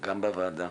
גם בוועדה,